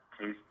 taste